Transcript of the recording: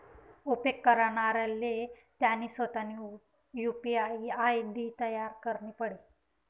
उपेग करणाराले त्यानी सोतानी यु.पी.आय आय.डी तयार करणी पडी